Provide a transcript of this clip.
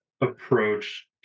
approach